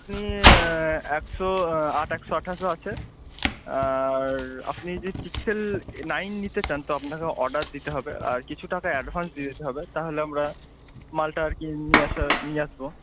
আপনি একশো আট একশো আঠাশো আছে আর আপনি যে পিক্সেল নাইন নিতে চান তো আপনাকে অর্ডার দিতে হবে আর কিছু টাকা অ্যাডভান্স দিয়ে যেতে হবে তাহলে আমরা মালটা আর কি নিয়ে আসা নিয়ে আসবো